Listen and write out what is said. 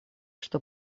что